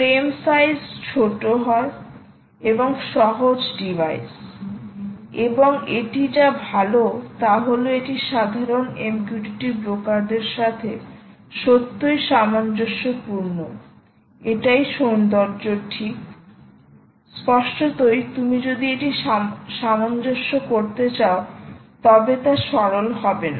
frame size ছোট হয় এবং সহজ ডিভাইস এবং এটি যা ভাল তা হল এটি সাধারণ MQTT ব্রোকারদের সাথে সত্যই সামঞ্জস্যপূর্ণ এটাই সৌন্দর্য ঠিক স্পষ্টতই তুমি যদি এটি সামঞ্জস্য করতে চাও তবে তা সরল হবে না